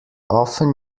often